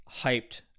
hyped